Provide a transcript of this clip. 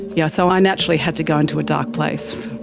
yeah so i naturally had to go into a dark place.